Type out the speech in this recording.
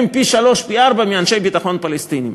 פי-שלושה ופי-ארבעה מאנשי ביטחון פלסטינים.